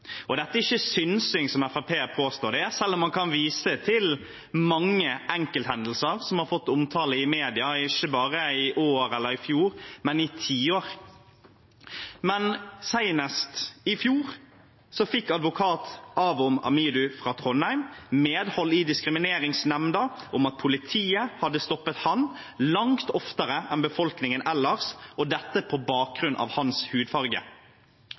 er ikke synsing, som Fremskrittspartiet påstår. Man kan vise til mange enkelthendelser som har fått omtale i media, ikke bare i år eller i fjor, men i tiår. Senest i fjor fikk advokat Awon Amidu fra Trondheim medhold i Diskrimineringsnemnda om at politiet hadde stoppet ham langt oftere enn befolkningen ellers, og dette på bakgrunn av hans hudfarge.